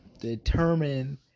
determine